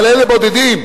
אבל אלה בודדים,